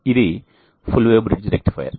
ఇది full wave bridge rectifier